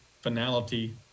finality